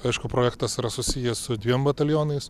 aišku projektas yra susijęs su dviem batalionais